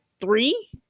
three